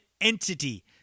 entity